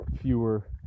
fewer